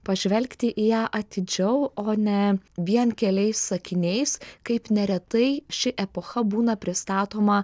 pažvelgti į ją atidžiau o ne vien keliais sakiniais kaip neretai ši epocha būna pristatoma